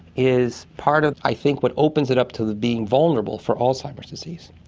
is part of i think what opens it up to being vulnerable for alzheimer's disease.